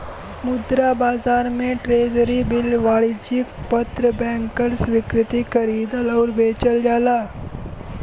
मुद्रा बाजार में ट्रेज़री बिल वाणिज्यिक पत्र बैंकर स्वीकृति खरीदल आउर बेचल जाला